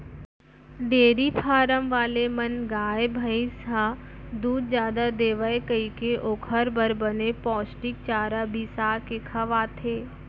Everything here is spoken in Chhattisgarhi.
डेयरी फारम वाले मन गाय, भईंस ह दूद जादा देवय कइके ओकर बर बने पोस्टिक चारा बिसा के खवाथें